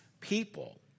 people